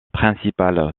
principale